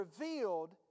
revealed